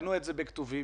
תרצו,